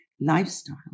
lifestyle